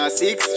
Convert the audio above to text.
six